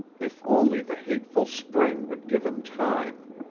if only the hateful spring would give him time.